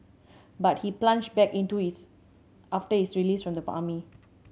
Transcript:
but he plunged back into it after his release from the army